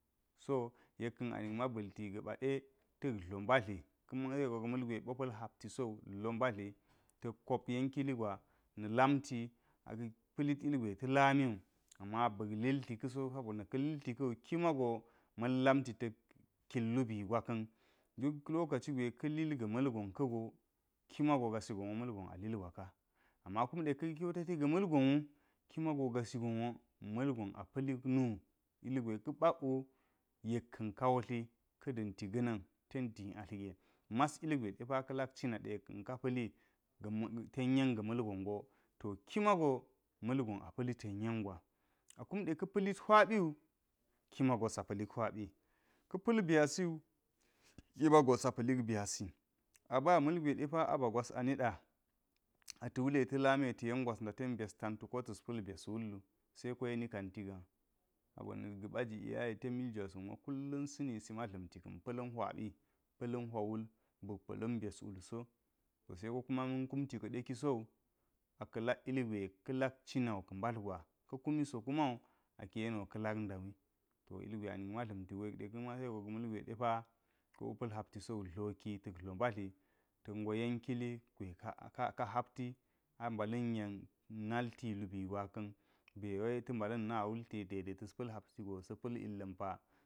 So yek ka̱n a nik ma ba̱lti ga̱ba ɗe ta̱k allo mbatli ka masayi gwa gwe ba̱ ka̱ bo pa̱li hapti so dlo mbatli tak kop yen kili na lamti, aka pdit ilgwe ka lamiwu. Ama ba̱k lilti ka̱so sobo na kume ka̱ lilti ka̱wu kima go ma̱n lamti ta̱k kin lubi gwaka̱n duk lokaci gwe ka lil ga̱ ma̱l gon kawu kima go gasigon wa malgon a lilgwaka. Ama kumu ka̱ kewtete ga̱ malgonwu ki mago gasigonaw ma̱lgon apa̱lik nu. Ilgwe ka̱ bak wu yek ka̱n ka wutlo ten da̱nti ga̱na̱n ten di atl ge. Maa ilgwe depa we ka lak cina de yek ka̱n ka pa̱li ten yen ya̱ ma̱lgongo to kimago malgon apa̱ li ten yen gwa. A kunde ka̱ pa̱lit hwabiwu, kimago sa pa̱lik hwabi ka̱ pa̱l byasiwu ki mago sa pa̱lik byasi. A ba ma̱lgwe depa aba gwas ani ɗa ta̱ wule ta̱ lamiye ta̱ yen gwas nda ten byas tantu, ko ta̱s pa̱l bya̱s wullu, seko yeni kanti ga. Sabo na̱nu ga̱baji lyaya ten mil jwasa̱n wo kullun sa̱ nisi ma dlamti ka̱n pa̱lin hwabi, pa̱lin hwa wul ba̱k pa̱lin byas wulso to seko kuma ma̱n kunti ka̱ɗe kisowu aka la̱k ilgwe ka̱ lak cinawu ka mbat gwa. La̱ kumi so kuma wu aka̱ yeniwo ka lak ndawi. To ilgwe anak ma dla̱mti go yekɗe ka̱ masayi gwa depa ba̱ ka po pa̱l hapti sowi dloki, ta̱k dlo mbatli tak go yen kili hapti a mbala̱n yen nal ti lubi gwaka̱n be wai ta mbala̱n na wulye de de tes pa̱l hapti go sa̱ pa̱l illa̱n pa.